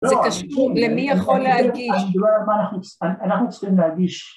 זה קשור למי יכול להגיש. אנחנו צריכים להגיש.